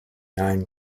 nine